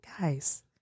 guys